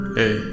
Hey